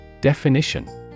Definition